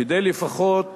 כדי לפחות